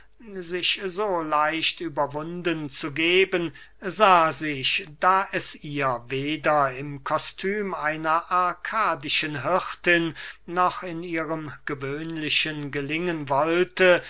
sich so leicht überwunden zu geben sah sich da es ihr weder im kostum einer arkadischen hirtin noch in ihrem gewöhnlichen gelingen wollte